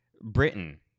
Britain